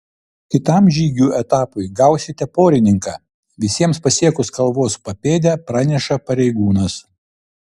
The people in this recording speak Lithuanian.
kitam žygių etapui gausite porininką visiems pasiekus kalvos papėdę praneša pareigūnas